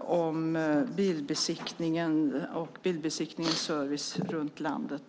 om bilbesiktningen och dess service runt om i landet.